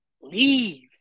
leave